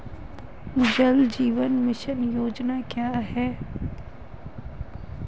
जल जीवन मिशन योजना क्या है?